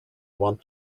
want